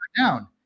down